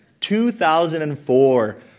2004